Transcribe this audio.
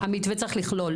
כמה זמן המתווה צריך לכלול?